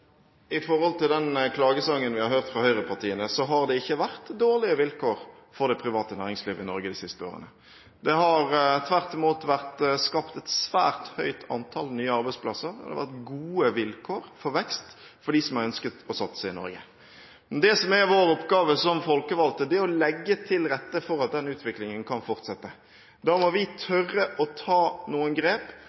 i forhold til den klagesangen vi har hørt fra høyrepartiene – har det ikke vært dårlige vilkår for det private næringsliv i Norge de siste årene. Det har tvert imot vært skapt et svært høyt antall nye arbeidsplasser. Det har vært gode vilkår for vekst for dem som har ønsket å satse i Norge. Det som er vår oppgave som folkevalgte, er å legge til rette for at den utviklingen kan fortsette. Da må vi tørre å ta noen grep